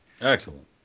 Excellent